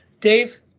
Dave